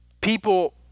people